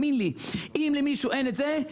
אם למישהו אין את זה,